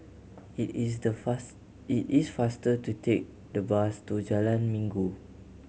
it is the fast it is faster to take the bus to Jalan Minggu